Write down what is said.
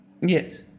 Yes